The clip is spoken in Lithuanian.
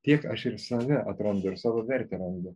tiek aš ir save atrandu ir savo vertę randu